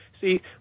see